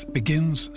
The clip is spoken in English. begins